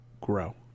grow